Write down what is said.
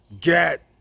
get